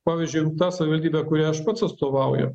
pavyzdžiui ta savivaldybė kuriai aš pats atstovauju